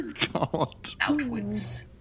outwards